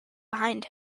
behind